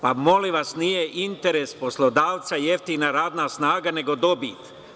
Pa, molim vas, nije interes poslodavca jeftina radna snaga, nego dobit.